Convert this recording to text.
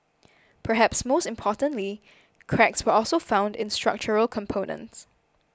perhaps most importantly cracks were also found in structural components